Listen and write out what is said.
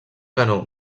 canó